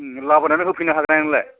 लाबोनानै होफैनो हागोन ना हाया नोंलाय